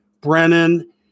Brennan